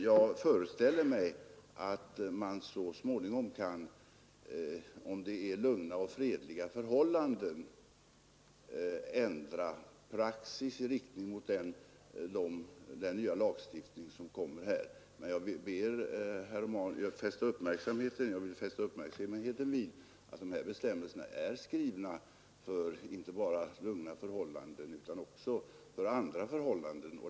Jag föreställer mig att man så småningom, under lugna och fredliga förhållanden, kan ändra praxis i riktning mot den nya lagstiftning som kommer på detta område. Men jag vill fästa uppmärksamheten på att bestämmelserna är skrivna inte bara för lugna förhållanden utan också för andra förhållanden.